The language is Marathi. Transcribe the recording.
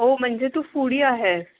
ओ म्हणजे तू फूडी आहेस